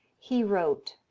he wrote